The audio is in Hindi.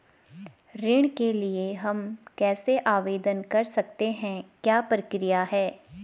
ऋण के लिए हम कैसे आवेदन कर सकते हैं क्या प्रक्रिया है?